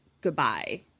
goodbye